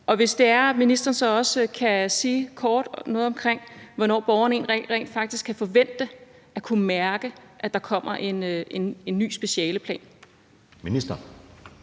Og hvis ministeren så også kort kan sige noget om, hvornår borgerne rent faktisk kan forvente at kunne mærke, at der kommer en ny specialeplan. Kl.